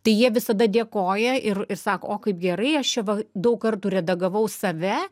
tai jie visada dėkoja ir sako o kaip gerai aš čia va daug kartų redagavau save